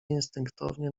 instynktownie